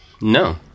No